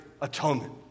atonement